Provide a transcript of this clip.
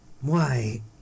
Why